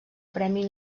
premi